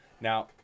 now